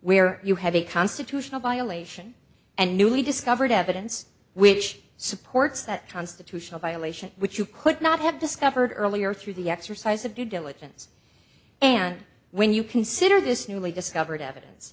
where you have a constitutional violation and newly discovered evidence which supports that constitutional violation which you could not have discovered earlier through the exercise of due diligence and when you consider this newly discovered evidence